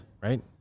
Right